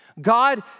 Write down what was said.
God